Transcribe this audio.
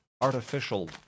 artificial